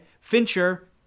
Fincher